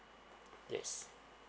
yes